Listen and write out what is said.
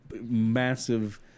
massive